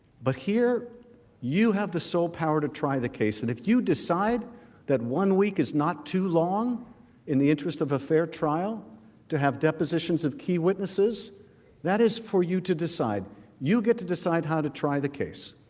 but here you have the sole power to try the case and if you decide that one week is not too long in the interest of the fair trial to have depositions of key witnesses that is for you to decide you get to decide how to try the case